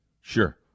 Sure